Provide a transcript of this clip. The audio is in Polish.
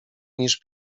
niż